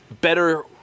better